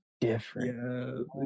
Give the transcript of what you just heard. different